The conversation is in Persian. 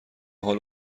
حال